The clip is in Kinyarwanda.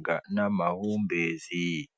akaba ari umujyi wa Kigali.